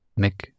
Mick